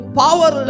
power